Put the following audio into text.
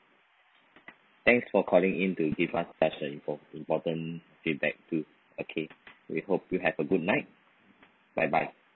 thanks for calling in to give us such a import~ important feedback too okay we hope you have a good night bye bye